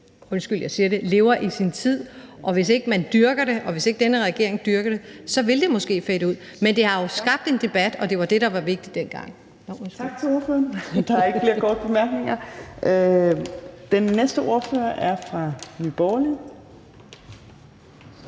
undskyld, jeg siger det – lever i sin tid, og hvis ikke man dyrker det, og hvis ikke denne regering dyrker det, vil det måske fade ud. Men det har jo skabt en debat, og det var det, der var vigtigt dengang.